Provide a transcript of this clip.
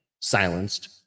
silenced